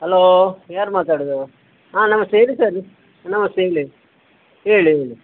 hello ಯಾರು ಮಾತಾಡೋದು ಹಾಂ ನಮಸ್ತೆ ಹೇಳಿ ಸರ್ ನಮಸ್ತೆ ಹೇಳಿ ಹೇಳಿ ಹೇಳಿ